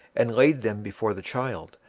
and laid them before the child,